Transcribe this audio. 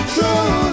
True